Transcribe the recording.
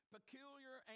Peculiar